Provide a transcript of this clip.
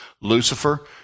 Lucifer